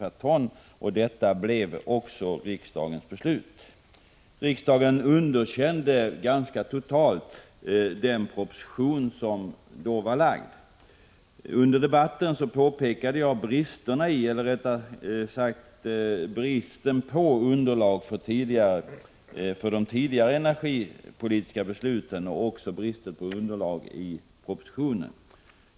per ton, vilket också blev riksdagens beslut. Riksdagen underkände ganska totalt den proposition som då hade lagts fram. Under debatten påpekade jag bristen på underlag för de tidigare energipolitiska besluten liksom bristen på underlag i propositionen.